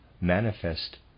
manifest